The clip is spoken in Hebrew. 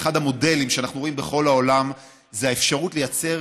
אחד המודלים שאנחנו רואים בכל העולם זה האפשרות לייצר